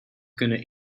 kunnen